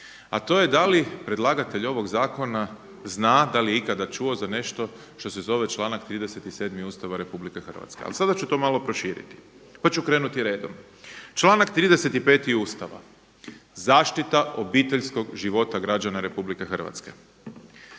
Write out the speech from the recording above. a to je da li predlagatelj ovog zakona zna, da li je ikada čuo za nešto što se zove članak 37. Ustava RH, a sada ću to malo proširiti pa ću krenuti redom. Članak 35. Ustava zaštita obiteljskog života građana RH. Članak